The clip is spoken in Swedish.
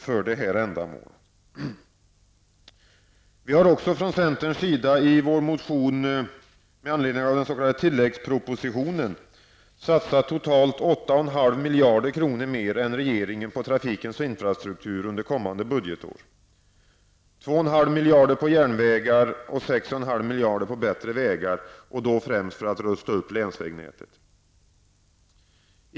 Centern har också i sin motion med anledning av den s.k. tilläggspropositionen satsat totalt 8,5 miljarder satsas på järnvägar och 6,5 miljarder på bättre vägar, främst för att rösta upp länsvägnätet.